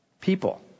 People